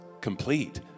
complete